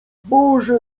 boże